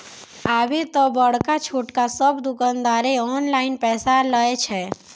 आबे त बड़का छोटका सब दुकानदारें ऑनलाइन पैसा लय छै